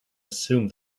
assume